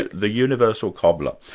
the universal cobbler.